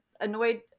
annoyed